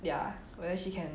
ya whether she can